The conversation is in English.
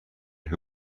who